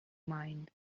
mind